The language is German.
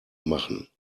machen